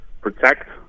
protect